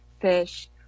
fish